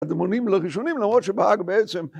הדמונים לחישונים למרות שבהג בעצם